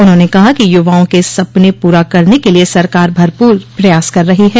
उन्होंने कहा कि युवाओं के सपने पूरा करने के लिए सरकार भरपूर प्रयास कर रही है